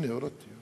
הנה, הורדתי.